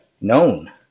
known